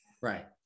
right